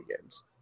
games